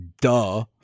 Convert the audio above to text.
Duh